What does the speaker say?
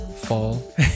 fall